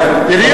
?